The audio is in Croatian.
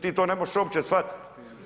Ti to ne možeš uopće shvatiti.